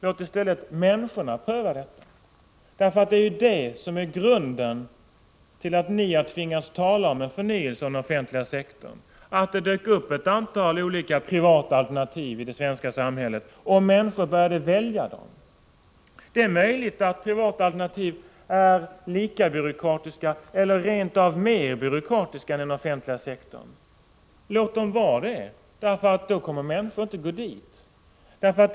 Låt i stället människorna föra den debatten. Skälet till att ni har tvingats tala om en förnyelse av den offentliga sektorn är ju att det dök upp ett antal privata alternativ i det svenska samhället och att människor började välja dem. Det är möjligt att privata alternativ är lika byråkratiska eller rent av mer byråkratiska än den offentliga sektorn. Låt dem vara det, därför att då kommer människor inte att gå dit.